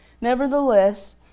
Nevertheless